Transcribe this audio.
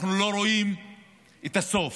אנחנו לא רואים את הסוף,